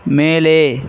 மேலே